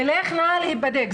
תלכנה להיבדק,